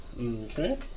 Okay